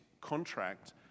contract